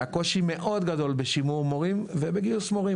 הקושי מאוד גדול בשימור מורים וגיוס מורים.